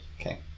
Okay